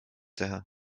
teha